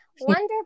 wonderful